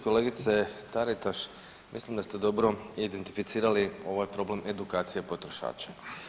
Kolegice Taritaš, mislim da ste dobro identificirali ovaj problem edukcije potrošača.